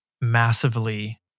massively